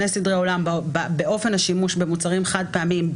סדרי עולם באופן השימוש במוצרים חד פעמיים,